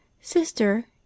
Sister